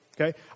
okay